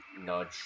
nudge